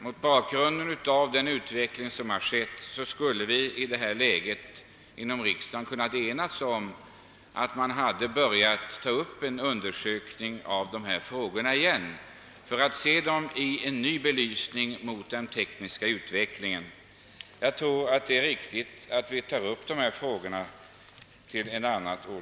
Mot bakgrunden av den utveckling som har skett anser jag att det skulle vara konsekvent att vi inom riksdagen kunde enas om en undersökning av dessa frågor för att få se dem i ny belysning. Vi bör nog ta upp den saken till ett annat år.